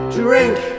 drink